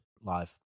live